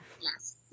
Yes